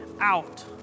out